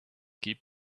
keep